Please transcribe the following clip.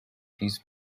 ریز